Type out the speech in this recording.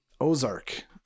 Ozark